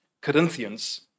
Corinthians